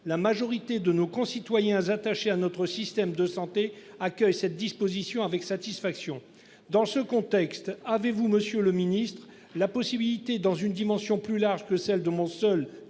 La majorité de nos concitoyens attachés à notre système de santé, accueil cette disposition avec satisfaction dans ce contexte, avez-vous Monsieur le Ministre, la possibilité dans une dimension plus large que celle de mon seul